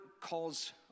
calls